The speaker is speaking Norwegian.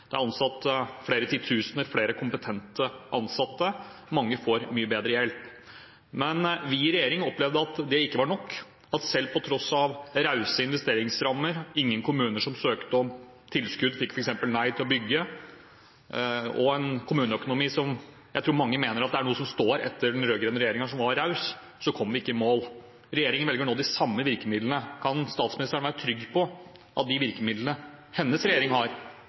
det er ansatt flere titusener, flere kompetente ansatte, og mange får mye bedre hjelp. Men vi i regjeringen opplevde at det ikke var nok. Selv med rause investeringsrammer, selv om ingen kommuner som søkte om tilskudd, fikk nei til å bygge, og selv med en kommuneøkonomi som jeg tror mange mener er noe som står etter den rød-grønne regjeringen, som var raus, kom vi ikke i mål. Regjeringen velger nå de samme virkemidlene. Kan statsministeren være trygg på at de virkemidlene hennes regjering har,